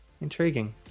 Intriguing